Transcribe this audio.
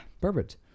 Perfect